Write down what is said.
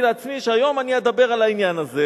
לעצמי שהיום אני אדבר על העניין הזה,